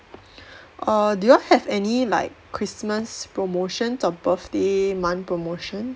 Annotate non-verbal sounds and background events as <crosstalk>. <breath> or do you all have any like christmas promotions or birthday month promotion